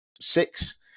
six